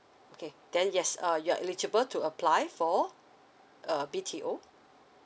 okay then yes uh you're eligible to apply for a B_T_O